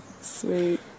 sweet